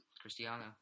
Cristiano